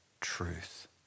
truth